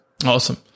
awesome